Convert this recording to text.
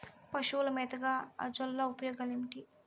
పశువుల మేతగా అజొల్ల ఉపయోగాలు ఏమిటి?